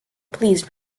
pleased